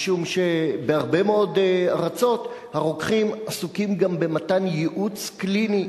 משום שבהרבה מאוד ארצות הרוקחים עוסקים גם במתן ייעוץ קליני.